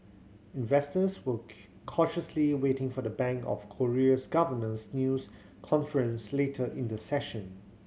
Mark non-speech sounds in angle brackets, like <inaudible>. investors were <unintelligible> cautiously waiting for the Bank of Korea's governor's news conference later in the session